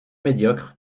médiocres